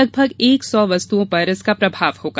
लगभग एक सौ वस्तुओं पर इसका प्रभाव होगा